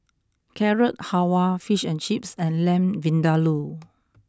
Carrot Halwa Fish and Chips and Lamb Vindaloo